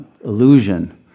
illusion